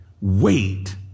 wait